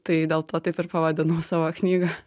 tai dėl to taip ir pavadinau savo knygą